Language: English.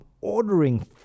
ordering